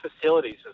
facilities